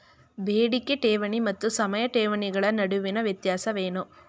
ಬೇಡಿಕೆ ಠೇವಣಿ ಮತ್ತು ಸಮಯ ಠೇವಣಿಗಳ ನಡುವಿನ ವ್ಯತ್ಯಾಸವೇನು?